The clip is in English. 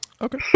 Okay